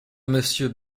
monsieur